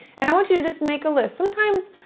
and i want you to just make a list. sometimes,